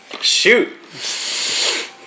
shoot